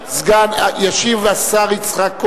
ישיב השר יצחק כהן,